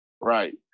right